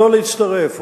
לא להצטרף.